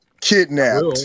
Kidnapped